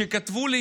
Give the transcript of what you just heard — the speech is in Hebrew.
שכתבו לי: